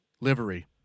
Livery